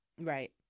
right